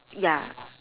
ya